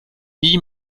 nie